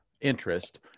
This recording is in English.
interest